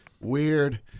Weird